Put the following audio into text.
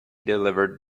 delivered